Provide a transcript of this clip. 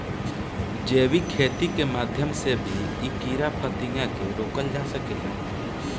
जैविक खेती के माध्यम से भी इ कीड़ा फतिंगा के रोकल जा सकेला